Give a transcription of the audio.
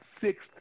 sixth